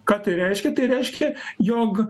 ką tai reiškia tai reiškia jog